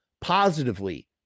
positively